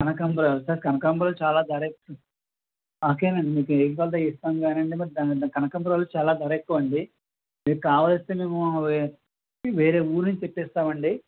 కనకాంబరాలు సార్ కనకాంబరాలు చాలా ధర ఎక్కువ మాకేం లేదు మీకు ఏవి కావల్సితే అవి ఇస్తాం కానీ అండీ కనకాంబరాలు చాలా ధర ఎక్కువ అండీ మీకు కావల్సితే